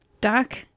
doc